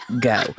go